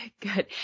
good